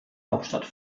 hauptstadt